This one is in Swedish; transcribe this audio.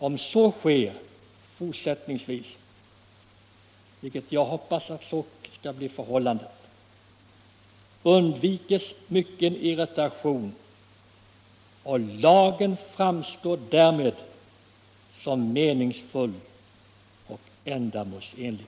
Om så sker fortsättningsvis —- vilket jag hoppas skall bli förhållandet — undviks mycken irritation, och lagen framstår därmed som meningsfull och ändamålsenlig.